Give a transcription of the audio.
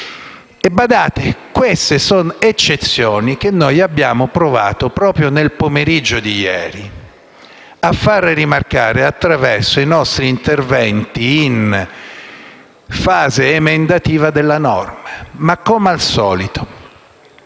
Badate che queste sono eccezioni che noi abbiamo provato, proprio nel pomeriggio di ieri, a rimarcare attraverso i nostri interventi in fase emendativa della norma; ma come al solito,